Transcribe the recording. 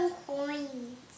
coins